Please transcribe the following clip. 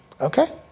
Okay